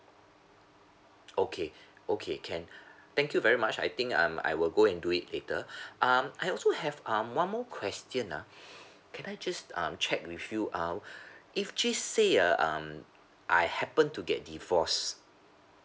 okay okay can thank you very much I think um I will go and do it later um I also have um one more question ah can I just um check with you out if just say uh um I happen to get divorce